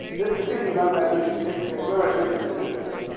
this particularly low resolution picture is low resolution because it needs to be.